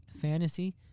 Fantasy